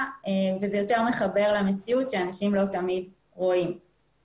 וזה יותר מתחבר למציאות שאנשים לא תמיד רואים את המייל.